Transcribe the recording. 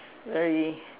very